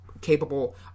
capable